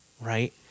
Right